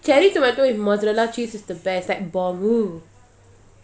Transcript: cherry tomato with mozzarella cheese is the best like பாகு:paagu